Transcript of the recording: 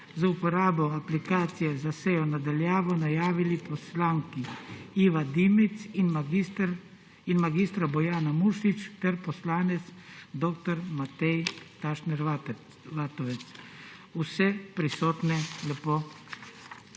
z uporabo aplikacije za sejo na daljavo najavili poslanki Iva Dimic in mag. Bojana Muršič ter poslanec dr. Matej Tašner Vatovec. Vse prisotne lepo